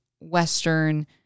Western